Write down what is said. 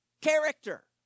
character